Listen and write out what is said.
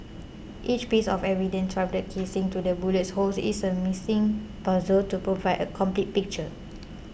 each piece of evidence from the casings to the bullet holes is a missing puzzle to provide a complete picture